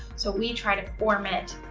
so, we try to perform it,